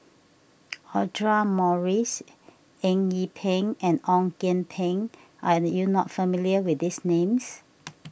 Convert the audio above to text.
Audra Morrice Eng Yee Peng and Ong Kian Peng are you not familiar with these names